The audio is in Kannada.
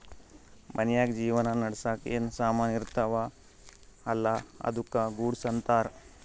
ಮನ್ಶ್ಯಾಗ್ ಜೀವನ ನಡ್ಸಾಕ್ ಏನ್ ಸಾಮಾನ್ ಇರ್ತಾವ ಅಲ್ಲಾ ಅದ್ದುಕ ಗೂಡ್ಸ್ ಅಂತಾರ್